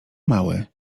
mały